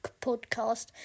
podcast